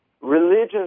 Religion